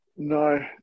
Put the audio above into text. No